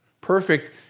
perfect